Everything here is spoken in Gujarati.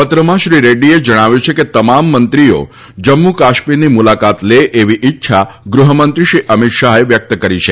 પત્રમાં શ્રી રેડ્ડીએ જણાવ્યું છે કે તમામ મંત્રીઓ જમ્મુ કાશ્મીરની મુલાકાત લે એવી ઇચ્છા ગૃહમંત્રી શ્રી અમિત શાહે વ્યક્ત કરી છે